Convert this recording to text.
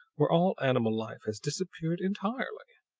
where all animal life has disappeared entirely.